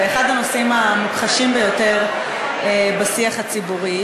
באחד הנושאים המוכחשים ביותר בשיח הציבורי,